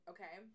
Okay